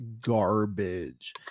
garbage